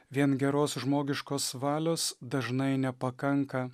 vien geros žmogiškos valios dažnai nepakanka